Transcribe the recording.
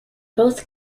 both